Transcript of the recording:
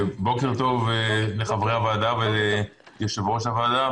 טוב, יושבת-ראש הוועדה וחברי הוועדה.